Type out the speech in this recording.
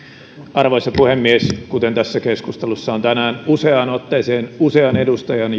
arvoisa puhemies kuten tässä keskustelussa on tänään useaan otteeseen usean edustajan